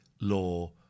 Law